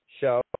show